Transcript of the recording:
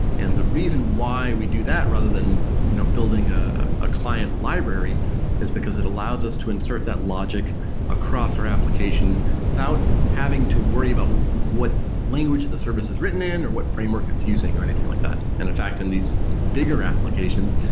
and the reason why we do that rather than you know building ah a client library is because it allows us to insert that logic across our application without having to worry about what language the service is written in or what framework it's using or anything like that. and in fact, in these bigger applications,